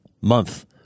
month